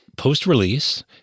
post-release